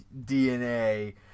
DNA